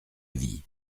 vie